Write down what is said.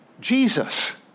Jesus